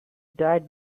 died